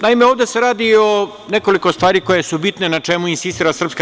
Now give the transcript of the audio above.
Naime, ovde se radi o nekoliko stvari koje su bitne, na čemu insistira SRS.